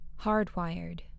Hardwired